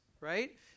right